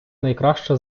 найкраща